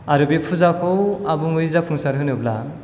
आरो बे फुजाखौ आबुङै जाफुंसार होनोब्ला